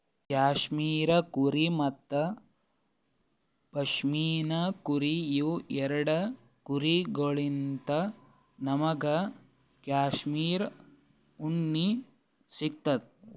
cashmere ಕುರಿ ಮತ್ತ್ ಪಶ್ಮಿನಾ ಕುರಿ ಇವ್ ಎರಡ ಕುರಿಗೊಳ್ಳಿನ್ತ್ ನಮ್ಗ್ ಕ್ಯಾಶ್ಮೀರ್ ಉಣ್ಣಿ ಸಿಗ್ತದ್